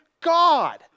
God